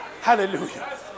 Hallelujah